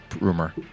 rumor